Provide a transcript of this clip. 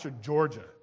Georgia